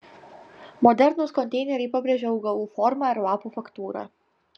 modernūs konteineriai pabrėžia augalų formą ir lapų faktūrą